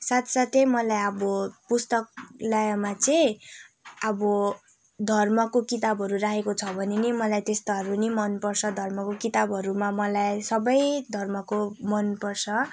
साथसाथै मलाई अब पुस्तकालयमा चाहिँ अब धर्मको किताबहरू राखेको छ भने पनि मलाई त्यस्ताहरू पनि मनपर्छ धर्मको किताबहरूमा मलाई सबै धर्मको मनपर्छ